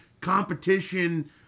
competition